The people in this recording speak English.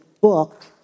book